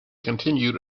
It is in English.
continued